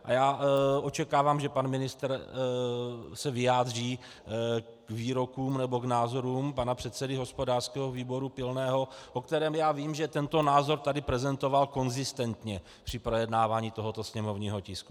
A očekávám, že se pan ministr vyjádří výrokům nebo k názorům pana předsedy hospodářského výboru Pilného, o kterém já vím, že tento názor tady prezentoval konzistentně při projednávání tohoto sněmovního tisku.